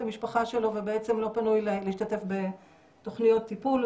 המשפחה שלו ובעצם לא פנוי להשתתף בתוכניות טיפול.